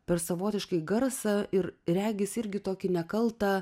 per savotišką garsą ir regis irgi tokį nekaltą